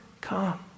come